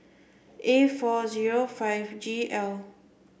A four zero five G L